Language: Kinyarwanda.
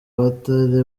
batari